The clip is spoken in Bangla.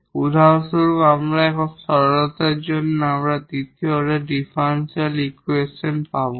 এবং উদাহরণস্বরূপ এখন সিমপ্লিসিটির জন্য আমরা দ্বিতীয় অর্ডার ডিফারেনশিয়াল ইকুয়েশন পাব